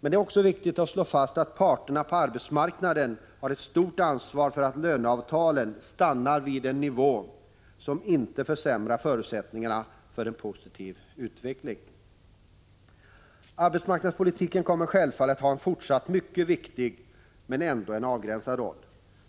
Men det är också viktigt att slå fast att parterna på arbetsmarknaden har ett stort ansvar för att löneavtalen stannar vid en nivå som inte innebär att förutsättningarna för en positiv utveckling försämras. Arbetsmarknadspolitiken kommer självfallet att ha en fortsatt mycket viktig, men ändå avgränsad roll.